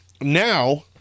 now